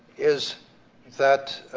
is that